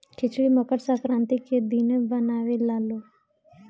खिचड़ी मकर संक्रान्ति के दिने बनावे लालो